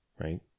right